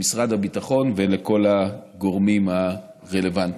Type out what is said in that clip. למשרד הביטחון ולכל הגורמים הרלוונטיים.